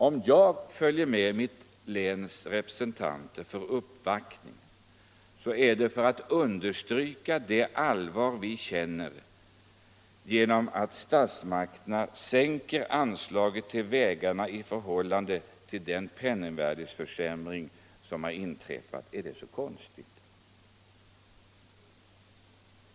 Om jag följer med mitt läns representanter vid en uppvaktning gör jag det för att understryka det allvar vi känner därför att statsmakterna sänker de verkliga anslagen till vägarna — på grund av den penningvärdeförsämring som har inträffat. Är det så konstigt?